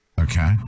okay